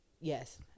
Yes